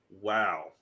Wow